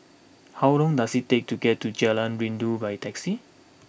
how long does it take to get to Jalan Rindu by taxi